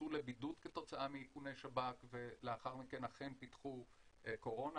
שהוכנסו לבידוד כתוצאה מאיכוני שב"כ ולאחר מכן אכן פיתחו קורונה.